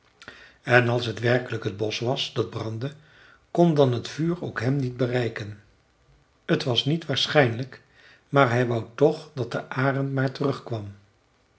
en als het werkelijk het bosch was dat brandde kon dan het vuur ook hem niet bereiken t was niet waarschijnlijk maar hij wou toch dat de arend maar terugkwam